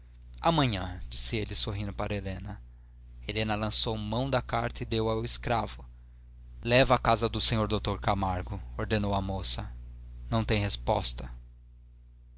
secretária amanhã disse ele sorrindo para helena helena lançou mão da carta e deu a ao escravo leva à casa do sr dr camargo ordenou a moça não tem resposta